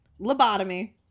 Lobotomy